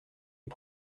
les